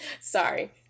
Sorry